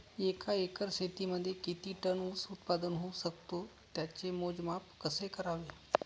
एका एकर शेतीमध्ये किती टन ऊस उत्पादन होऊ शकतो? त्याचे मोजमाप कसे करावे?